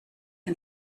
ein